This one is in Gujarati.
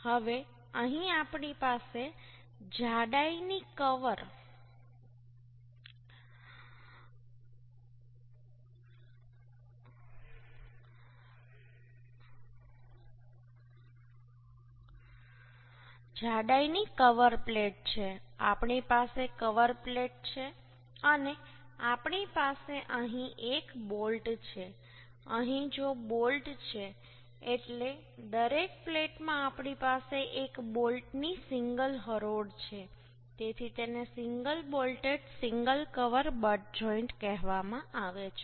હવે અહીં આપણી પાસે આ જાડાઈની કવર પ્લેટ છે આપણી પાસે કવર પ્લેટ છે અને આપણી પાસે અહીં એક બોલ્ટ છે અહીં બીજો બોલ્ટ છે એટલે દરેક પ્લેટમાં આપણી પાસે એક બોલ્ટની સિંગલ હરોળ છે તેથી તેને single bolted single cover butt joint કહેવામાં આવે છે